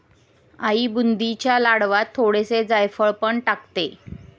आई बुंदीच्या लाडवांत थोडेसे जायफळ पण टाकते